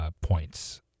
points